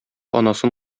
анасын